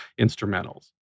instrumentals